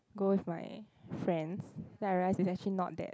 go with my friends then I realized is actually not that